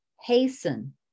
hasten